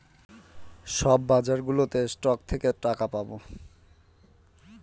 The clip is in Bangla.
সব বাজারগুলোতে স্টক থেকে টাকা পাবো